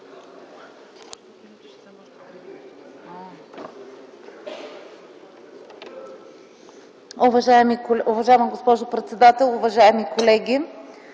Уважаема госпожо председател, уважаеми колеги